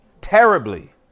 terribly